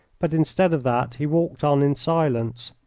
but instead of that he walked on in silence,